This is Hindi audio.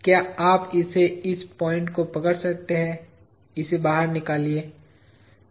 क्या आप इसे इस पॉइंट को पकड़ सकते हैं इसे बाहर निकालिए